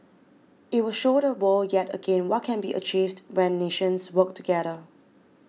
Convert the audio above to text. it will show the world yet again what can be achieved when nations work together